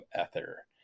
Ether